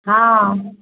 हँ